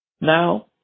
Now